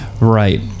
Right